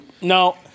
no